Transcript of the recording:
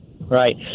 Right